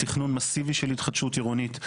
תכנון מסיבי של התחדשות עירונית.